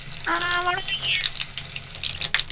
आं मड़ो इंया